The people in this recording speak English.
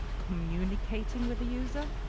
communicating with the user.